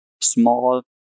small